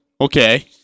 Okay